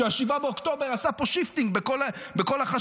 ש-7 באוקטובר עשה פה shifting בכל החשיבה,